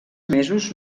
mesos